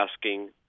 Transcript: asking